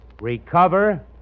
Recover